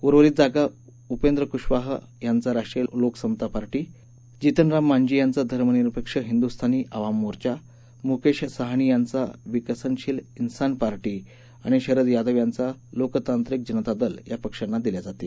उर्वरित जागा उपेंद्र कुशवाहक यांचा राष्ट्रीय लोकसमता पार्टी जितनराम मांजी यांचा धर्मनिरपेक्ष हिन्दुस्थानी आवाम मोर्चा मुकेश सहानी यांचा विकासशील जिसान पार्टी आणि शरद यादव यांचा लोकतांत्रिक जनता दल या पक्षांना दिल्या जातील